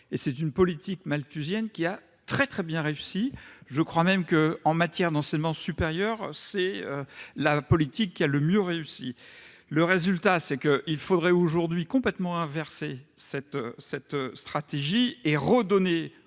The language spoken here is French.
C'est une politique malthusienne qui a très bien réussi ! Je crois même qu'en matière d'enseignement supérieur, c'est la politique qui a le mieux réussi. Résultat : il faudrait aujourd'hui inverser complètement la stratégie en redonnant aux